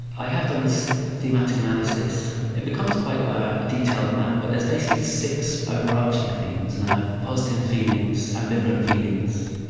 i have done this thematic analysis. it becomes quite a detailed map but there's basically six overarching themes, have positive feelings, ambivalent feelings,